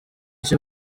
cyo